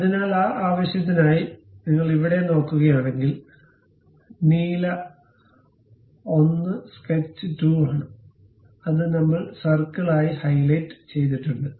അതിനാൽ ആ ആവശ്യത്തിനായി നിങ്ങൾ ഇവിടെ നോക്കുകയാണെങ്കിൽ നീല ഒന്ന് സ്കെച്ച് 2 ആണ് അത് നമ്മൾ സർക്കിളായി ഹൈലൈറ്റ് ചെയ്തിട്ടുണ്ട്